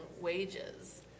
wages